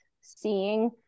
seeing